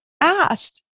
asked